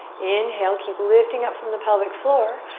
inhale. keep lifting up from the pelvic floor.